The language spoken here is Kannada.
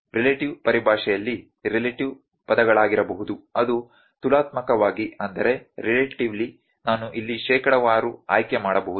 ರಿಲೇಟಿವ್ ಪರಿಭಾಷೆಯಲ್ಲಿ ರಿಲೇಟಿವ್ ಪದಗಳಾಗಿರಬಹುದು ಅದು ತುಲನಾತ್ಮಕವಾಗಿ ನಾನು ಇಲ್ಲಿ ಶೇಕಡಾವಾರು ಆಯ್ಕೆ ಮಾಡಬಹುದು